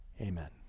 amen